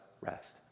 rest